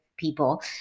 people